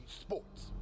sports